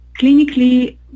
clinically